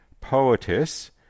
poetess